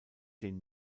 den